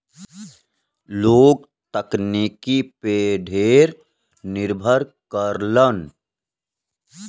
लोग तकनीकी पे ढेर निर्भर करलन